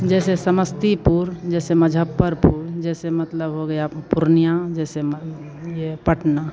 जैसे समस्तीपुर जैसे मुज़्ज़फरपुर जैसे मतलब हो गया पुर्निया जैसे म यह पटना